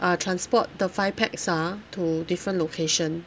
uh transport the five pax ah to different location